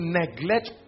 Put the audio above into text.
neglect